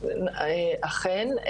אכן,